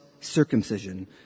circumcision